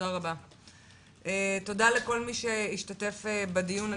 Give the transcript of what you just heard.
תודה לכל מי שהשתתף בדיון.